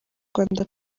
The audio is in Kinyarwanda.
rwanda